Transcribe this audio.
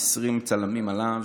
עשרים צלמים עליו,